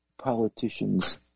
politicians